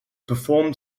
performed